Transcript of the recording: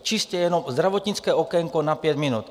Čistě jenom zdravotnické okénko na pět minut.